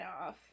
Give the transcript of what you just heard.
off